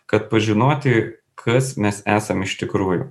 kad pažinoti kas mes esam iš tikrųjų